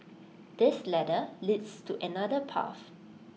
this ladder leads to another path